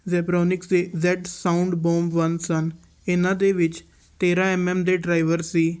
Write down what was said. ਜੈਬਰੋਨਿਕਸ ਦੇ Z sound bomb one ਇਹਨਾਂ ਦੇ ਵਿੱਚ ਤੇਰਾਂ ਐੱਮ ਐੱਮ ਦੇ ਡਰਾਈਵਰ ਸੀ